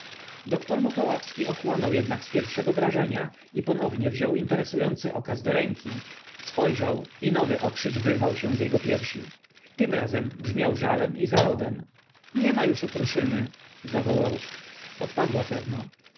dr muchołapski ochłonął jednak z pierwszego wrażenia i ponownie wziął interesujący okaz do ręki spojrzał i nowy okrzyk wyrwał się z jego piersi tym razem brzmiał żalem i zawodem niema już okruszynyl zawołał odpadła pewno